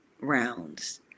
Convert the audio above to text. rounds